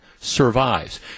Survives